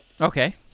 Okay